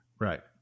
Right